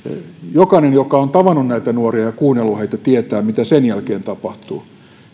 jokainen joka on tavannut näitä nuoria ja kuunnellut heitä tietää mitä sen jälkeen tapahtuu